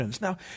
Now